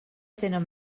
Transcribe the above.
tenen